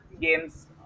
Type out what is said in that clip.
games